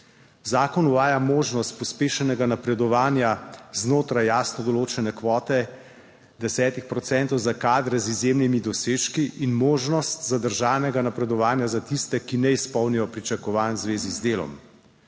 Zakon uvaja možnost pospešenega napredovanja znotraj jasno določene kvote 10 procentov za kadre z izjemnimi dosežki in možnost zadržanega napredovanja za tiste, ki ne izpolnijo pričakovanj v zvezi z delom.